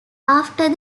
after